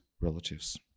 relatives